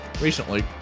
recently